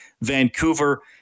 Vancouver